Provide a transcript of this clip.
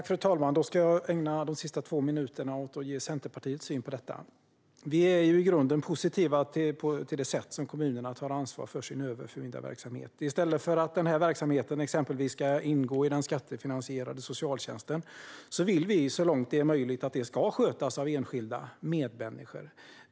Fru talman! Jag ska ägna mina sista två minuter åt att ge Centerpartiets syn på detta. Vi är i grunden positiva till det sätt på vilket kommunerna tar ansvar för sin överförmyndarverksamhet. I stället för att denna verksamhet exempelvis ska ingå i den skattefinansierade socialtjänsten vill vi att den så långt det är möjligt ska skötas av enskilda, av medmänniskor.